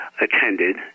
attended